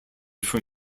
from